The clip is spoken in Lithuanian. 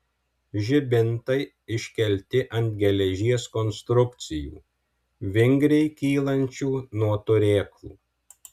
žibintai iškelti ant geležies konstrukcijų vingriai kylančių nuo turėklų